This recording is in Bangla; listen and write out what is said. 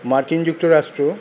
মার্কিন যুক্তরাষ্ট্র